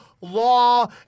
law